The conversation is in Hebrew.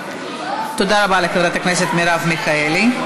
תודה רבה לחברת הכנסת מרב מיכאלי.